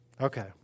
Okay